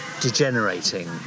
degenerating